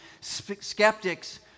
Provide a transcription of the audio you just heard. skeptics